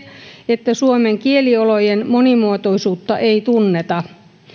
että suomen kieliolojen monimuotoisuutta ei tunneta